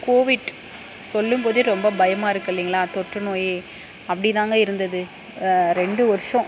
Covid சொல்லும் போதே ரொம்ப பயமாக இருக்குல்லைங்களா தொற்று நோய் அப்படிதாங்க இருந்தது ரெண்டு வருஷம்